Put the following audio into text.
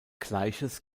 gleiches